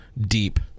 deep